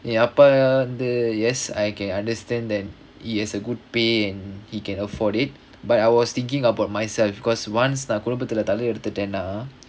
என் அப்பா வந்து:en appaa vanthu yes I can understand that he has a good pay and he can afford it but I was thinking about myself because once நா குடும்பத்துல தலை எடுத்துட்டேனா:naa kudmbathula thalai eduthuttaenaa